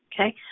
okay